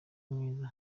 mwiza